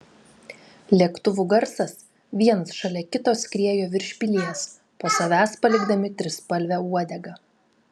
lėktuvų garsas vienas šalia kito skriejo virš pilies po savęs palikdami trispalvę uodegą